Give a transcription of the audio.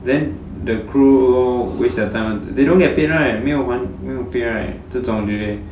then the crew waste their time they don't get paid right 没有还没有 pay right 这种 delay